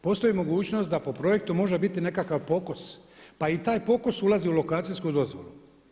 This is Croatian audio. Postoji mogućnost da po projektu može biti nekakav pokos, pa i taj pokos ulazi u lokacijsku dozvolu.